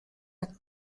jak